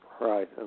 Right